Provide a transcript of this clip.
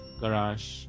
Garage